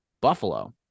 Buffalo